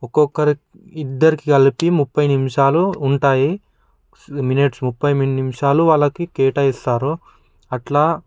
ఒకొక్కొరి ఇద్దరికీ కలిపి ముప్పై నిమిషాలు ఉంటాయి మినిట్స్ ముప్పై నిమిషాలు వాళ్లకి కేటాయిస్తారు అట్లా